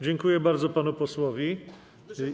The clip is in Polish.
Dziękuję bardzo panu posłowi.